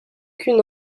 qu’une